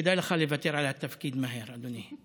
כדאי לך לוותר על התפקיד מהר, אדוני.